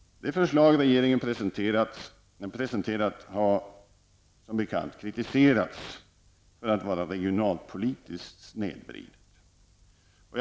Det förslag som regeringen har presenterat har som bekant kritiserats för att vara regionalpolitiskt snedvridet.